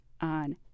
on